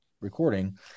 recording